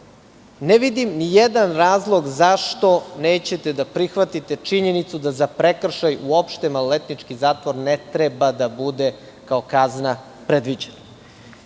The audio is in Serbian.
Ne vidim nijedan razlog zašto nećete da prihvatite činjenicu da za prekršaj uopšte maloletnički zatvor ne treba da bude kao kazna predviđen. Statistika